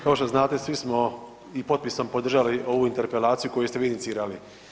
Kao što znate svi smo i potpisom podržali ovu interpelaciju koju ste vi inicirali.